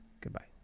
Goodbye